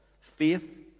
faith